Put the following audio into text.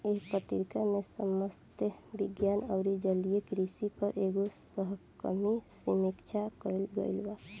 एह पत्रिका में मतस्य विज्ञान अउरी जलीय कृषि पर एगो सहकर्मी समीक्षा कईल गईल बा